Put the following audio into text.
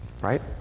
Right